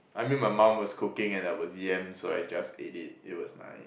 I mean my mum was cooking and there was yam so I just ate it it was like